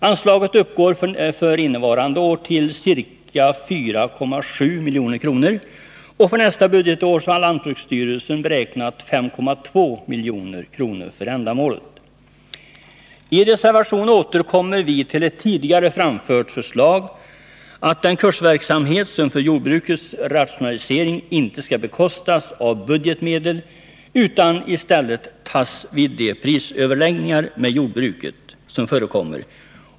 Anslaget uppgår för innevarande år till ca 4,7 milj.kr. För nästa budgetår har lantbruksstyrelsen beräknat 5,2 milj.kr. för ändamålet. I reservationen återkommer vi till ett tidigare framfört förslag, att en kursverksamhet för jordbrukets rationalisering inte skall bekostas av budgetmedel utan att kostnaderna härför i stället skall beaktas vid prisöverläggningar med jordbruket.